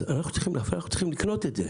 אז אנחנו צריכים לקנות את זה.